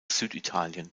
süditalien